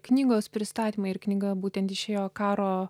knygos pristatymai ir knyga būtent išėjo karo